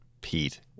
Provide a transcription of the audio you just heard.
Pete